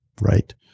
right